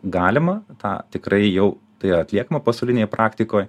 galima tą tikrai jau tai yra atliekama pasaulinėje praktikoj